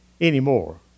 anymore